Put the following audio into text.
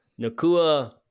Nakua